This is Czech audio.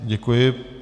Děkuji.